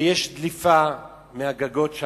ויש דליפה מהגגות.